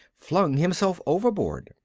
flung himself overboard.